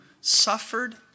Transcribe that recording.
suffered